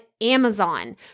Amazon